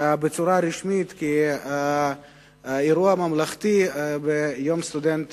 בצורה רשמית, כאירוע ממלכתי, ביום הסטודנט